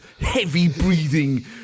heavy-breathing